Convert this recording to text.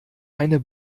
eine